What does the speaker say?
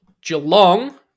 Geelong